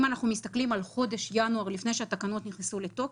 אם אנחנו מסתכלים על חודש ינואר לפני שהתקנות נכנסו לתוקף,